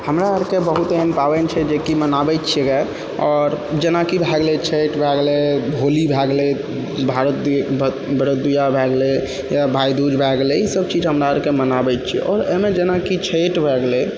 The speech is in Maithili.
हमरा अरके बहुत एहन पाबैनि छै जे कि मनाबै छियै आओर जेना कि भए गेलै छैठ भए गेलै होली भए गेलै भारत भरदुतिया भए गेलै या भायदूज भए गेलै ई सब चीज हमरा अरके मनाबै छियै आओर एहिमे जेनाकि छैठ भए गेलै